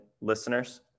listeners